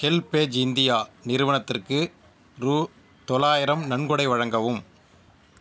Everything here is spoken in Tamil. ஹெல்பேஜ் இந்தியா நிறுவனத்திற்கு ரூ தொள்ளாயிரம் நன்கொடை வழங்கவும்